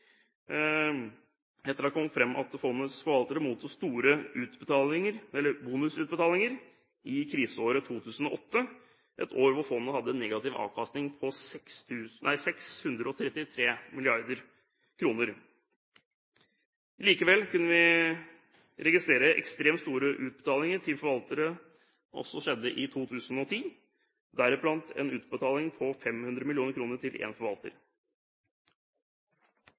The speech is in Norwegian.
etter at det kom fram at fondets forvaltere mottok store bonusutbetalinger i kriseåret 2008, et år hvor fondet hadde negativ avkastning på 633 mrd. kr. Likevel kunne vi registrere at ekstremt store utbetalinger til forvaltere også skjedde i 2010, deriblant en utbetaling på 500 mill. kr til en forvalter.